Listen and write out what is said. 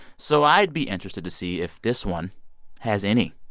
so i'd be interested to see if this one has any.